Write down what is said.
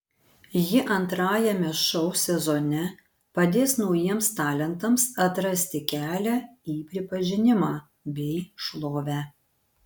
ji antrajame šou sezone padės naujiems talentams atrasti kelią į pripažinimą bei šlovę